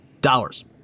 dollars